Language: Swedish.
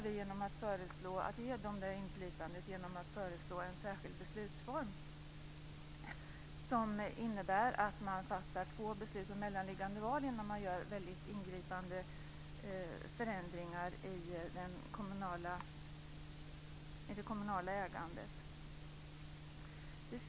Vi föreslår att inflytandet ska ges med hjälp av en särskild beslutsform, som innebär att det fattas två beslut med mellanliggande val innan det görs genomgripande förändringar i det kommunala ägandet.